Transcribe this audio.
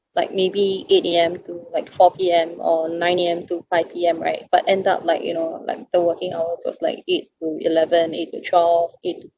like maybe eight A_M to like four P_M or nine A_M to five P_M right but end up like you know like the working hours was like eight to eleven eight to twelve